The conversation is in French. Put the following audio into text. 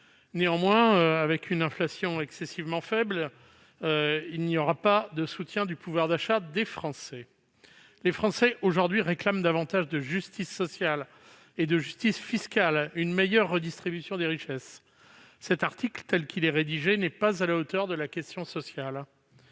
Or, avec une inflation excessivement faible, il n'y aura pas de soutien au pouvoir d'achat des Français, qui réclament aujourd'hui davantage de justice sociale et fiscale, c'est-à-dire une meilleure redistribution des richesses. L'article 2, tel qu'il est rédigé, n'est pas à la hauteur de la question sociale.